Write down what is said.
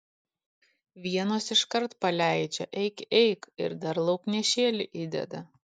vienos iškart paleidžia eik eik ir dar lauknešėlį įdeda